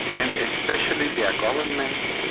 and especially their governments,